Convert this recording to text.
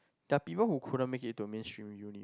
they are people who couldn't make it to a mainstream uni